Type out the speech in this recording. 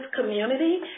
community